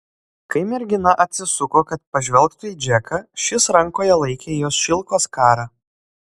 kai mergina atsisuko kad pažvelgtų į džeką šis rankoje laikė jos šilko skarą